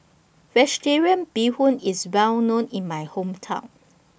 Vegetarian Bee Hoon IS Well known in My Hometown